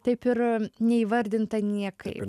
taip ir neįvardinta niekaip